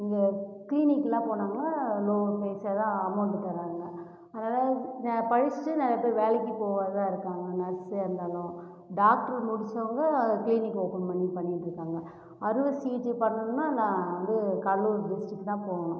இங்கே கிளினிக்குலாம் போனாங்கன்னா லோ ப்ரைஸில் தான் அமௌண்ட்டு தர்றாங்க அதனால் படிச்சுட்டு நிறையா பேர் வேலைக்கு போவாம இருக்காங்க நர்ஸு எல்லோரும் டாக்டர் முடித்தவங்க கிளினிக் ஓப்பன் பண்ணி பண்ணிட்டு இருக்காங்க அறுவை சிகிச்சை பண்ணணும்ன்னா நான் வந்து கடலூர் டிஸ்ட்டிக் தான் போகணும்